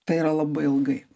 tai yra labai ilgai